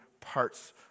parts